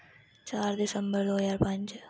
चार दसंबर दौ ज्हार पंज